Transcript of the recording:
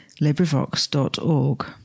LibriVox.org